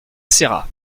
serra